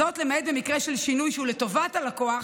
למעט במקרה של שינוי שהוא לטובת הלקוח,